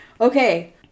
Okay